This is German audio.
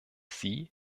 sie